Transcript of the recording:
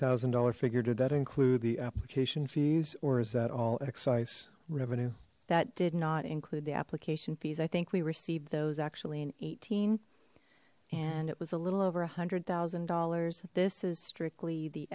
thousand dollars figure did that include the application fees or is that all x ice revenue that did not include the application fees i think we received those actually in eighteen and it was a little over one hundred thousand dollars this is strictly the